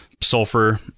sulfur